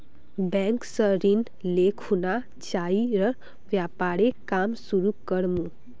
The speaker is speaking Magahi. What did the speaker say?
बैंक स ऋण ले खुना चाइर व्यापारेर काम शुरू कर मु